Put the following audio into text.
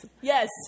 Yes